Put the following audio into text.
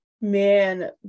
Man